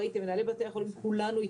ראיתם - כולנו מנהלי בתי החולים התאגדנו